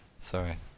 Sorry